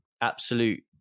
absolute